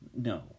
No